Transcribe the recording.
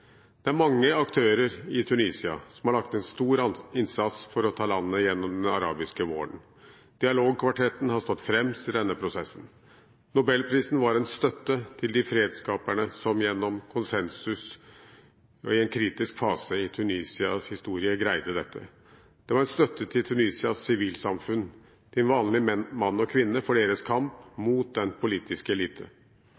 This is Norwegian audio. Det er mange aktører i Tunisia som har lagt en stor innsats i å ta landet gjennom den arabiske våren. Dialogkvartetten har stått fremst i denne prosessen. Nobelprisen var en støtte til de fredsskaperne som gjennom konsensus og i en kritisk fase i Tunisias historie greide dette. Det var en støtte til Tunisias sivilsamfunn, til den vanlige mann og kvinne for deres kamp